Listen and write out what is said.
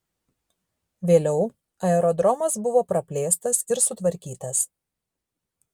vėliau aerodromas buvo praplėstas ir sutvarkytas